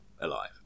alive